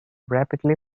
rapidly